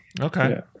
okay